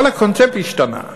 כל הקונספט השתנה.